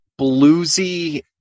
bluesy